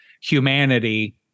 humanity